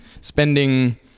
spending